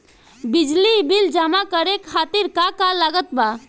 बिजली बिल जमा करे खातिर का का लागत बा?